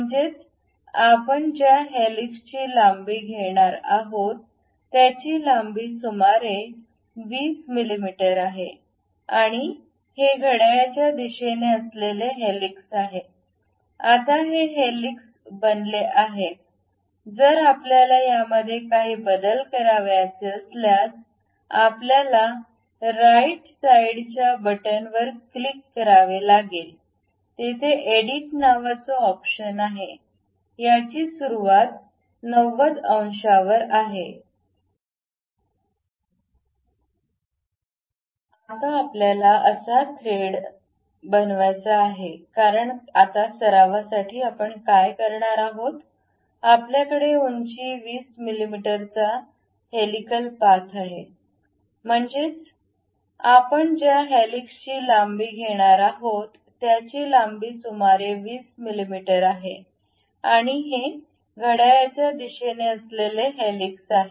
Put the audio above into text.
म्हणजेच आपण ज्या हेलिक्सची लांबी घेणार आहोत त्याची लांबी सुमारे 20 मिमी आहे आणि हे घड्याळाच्या दिशेने असलेले हेलिक्स आहे